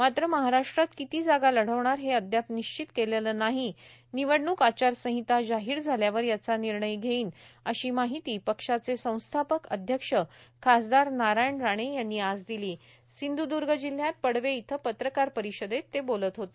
मात्र महाराष्ट्रात किती जागा लढणार हे अद्याप निश्चित केलेल नाहीण् निवडणूक आचारसंहिता जाहीर झाल्यावर याचा निर्णय घेईन अशी माहिती पक्षाचे संस्थापक अध्यक्ष खासदार नारायण राणे यांनी आज दिली सिंधूदर्ग जिल्ह्यात पडवे इथं पत्रकार परिषदेत ते बोलत होते